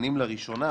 לנבחנים לראשונה,